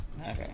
Okay